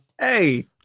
hey